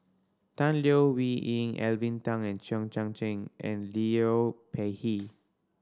Tan Leo Wee Hin Alvin Tan Cheong Kheng and Liu Peihe